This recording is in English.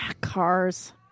cars